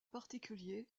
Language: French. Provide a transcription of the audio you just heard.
particulier